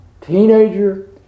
teenager